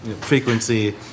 frequency